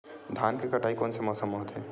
धान के कटाई कोन मौसम मा होथे?